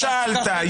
שאלת,